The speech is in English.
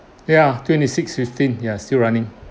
ya twenty six fifteen they're still running